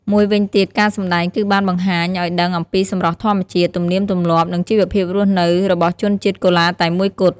មួយវិញទៀតការសម្តែងគឺបានបង្ហាញឲ្យដឹងអំពីសម្រស់ធម្មជាតិ ទំនៀមទម្លាប់ និងជីវភាពរស់នៅរបស់ជនជាតិកូឡាតែមួយគត់។